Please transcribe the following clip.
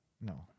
No